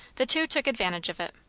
the two took advantage of it.